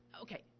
Okay